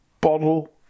bottle